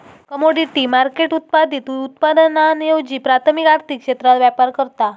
commodity market उत्पादित उत्पादनांऐवजी प्राथमिक आर्थिक क्षेत्रात व्यापार करता